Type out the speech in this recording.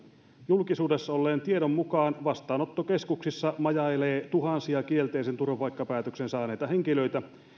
julkisuudessa olleen tiedon mukaan vastaanottokeskuksissa majailee tuhansia kielteisen turvapaikkapäätöksen saaneita henkilöitä